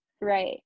Right